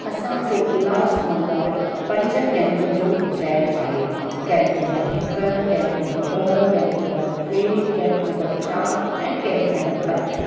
असांजो उल्हासनगरु पंज कैंपुनि जो ठहियलु आहे कैंप नम्बर हिकु कैंप नम्बर ॿ कैंप नम्बर ट्रे कैंप नम्बर चार ऐं कैंप नम्बर पंज